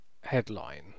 headline